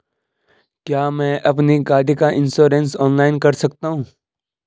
क्या मैं अपनी गाड़ी का इन्श्योरेंस ऑनलाइन कर सकता हूँ?